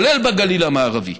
כולל בגליל המערבי.